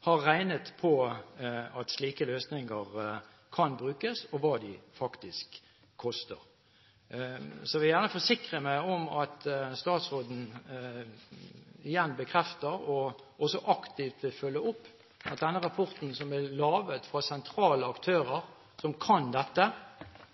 har regnet på at slike løsninger kan brukes, og hva de faktisk koster. Jeg vil gjerne forsikre meg om at statsråden igjen bekrefter og også aktivt følger opp at denne rapporten, som er kommet fra sentrale aktører som kan dette,